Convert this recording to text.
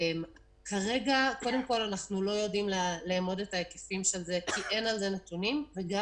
כרגע אנחנו לא יודעים לאמוד את ההיקפים של כי אין על זה נתונים וגם